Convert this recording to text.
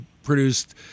Produced